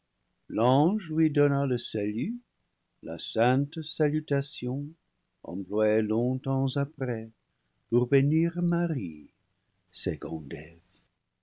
l'ange lui donna le salut la sainte salutation employée longtemps après pour bénir marie